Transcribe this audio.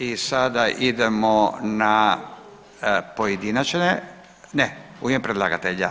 I sada idemo na pojedinačne, ne u ime predlagatelja.